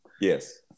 Yes